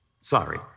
sorry